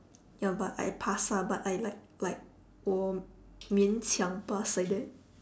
ya but I passed lah but I like like 我勉强 pass like that